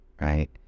right